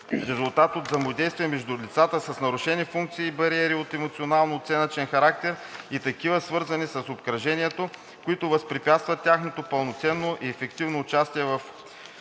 резултат от взаимодействие между лица с нарушени функции и бариери от емоционално-оценъчен характер и такива, свързани с обкръжението, които възпрепятстват тяхното пълноценно и ефективно участие в